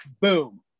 Boom